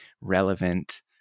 relevant